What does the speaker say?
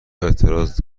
اعتراض